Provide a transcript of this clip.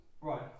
Right